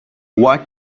why